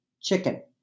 chicken